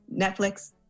Netflix